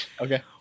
Okay